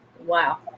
wow